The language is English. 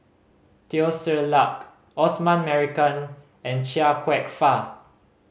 Teo Ser Luck Osman Merican and Chia Kwek Fah